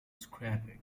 scrapping